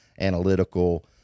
analytical